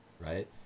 right